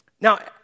Now